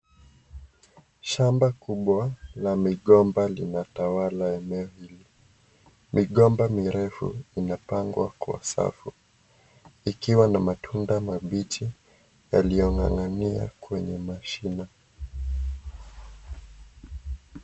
Shamba kubwa la migomba linatawala eneo. Migomba mirefu imepangwa Kwa safu ikiwa ni matunda mabichi yaliyongangania kwenye mashina.